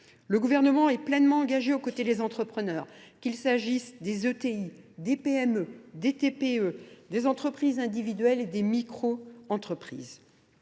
Le gouvernement est pleinement engagé aux côtés des entrepreneurs, qu'il s'agisse des ETI, des PME, des TPE, des entreprises individuelles et des micro-entreprises.